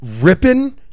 ripping